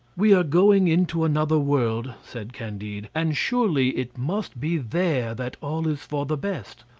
we are going into another world, said candide and surely it must be there that all is for the best.